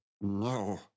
No